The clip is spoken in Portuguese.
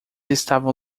estavam